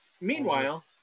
meanwhile